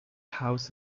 house